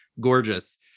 gorgeous